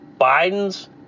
Biden's